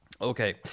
Okay